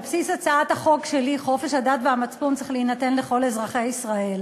על בסיס הצעת החוק שלי חופש הדת והמצפון צריך להינתן לכל אזרחי ישראל,